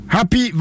Happy